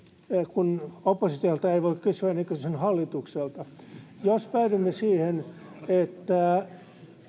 kun oppositiolta ei voi kysyä niin kysyn hallitukselta jos päädymme siihen että